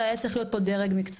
אלא היה צריך להיות פה דרג מקצועי.